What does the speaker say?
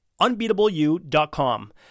Unbeatableu.com